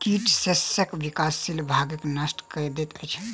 कीट शस्यक विकासशील भागक नष्ट कय दैत अछि